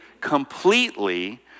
completely